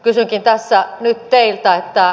kysynkin tässä nyt teiltä